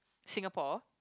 Singapore